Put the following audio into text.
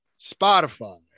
Spotify